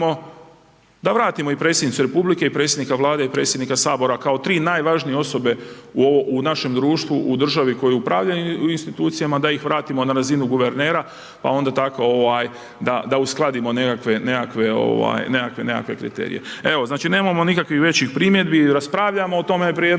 da vratimo i predsjednicu republike i predsjednika Vlade i predsjednika Sabora kao 3 najvažnije osobe u našem društvu u državi kojoj upravljaju institucijama, da ih vratimo na razinu guvernera pa onda tako, da uskladimo nekakve kriterije. Evo, znači nemamo nikakve većih primjedbi, raspravljamo o tome